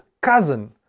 cousin